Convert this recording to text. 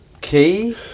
key